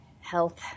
health